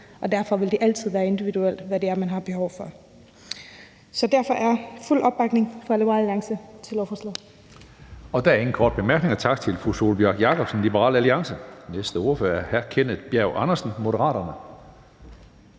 og derfor vil det altid være individuelt, hvad det er, man har behov for. Så derfor er der fuld opbakning fra Liberal Alliance til lovforslaget. Kl. 18:17 Tredje næstformand (Karsten Hønge): Der er ingen korte bemærkninger. Tak til fru Sólbjørg Jakobsen, Liberal Alliance. Den næste ordfører er hr. Kenneth Bjerg Andersen, Moderaterne